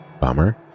Bummer